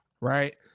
right